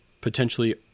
potentially